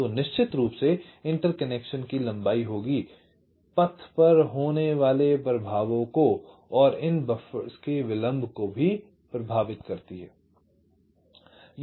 तो निश्चित रूप से इंटरकनेक्शन की लंबाई होगी पथ पर होने वाले प्रभावों को और इन बफर्स के विलम्भ को भी प्रभावित करती है